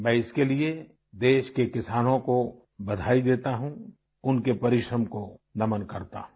मैं इसके लिए देश के किसानों को बघाई देता हूँ उनके परिश्रम को नमन करता हूँ